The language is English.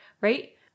right